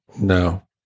No